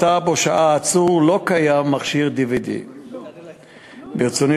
בתא שבו שהה העצור לא קיים מכשיר DVD. ברצוני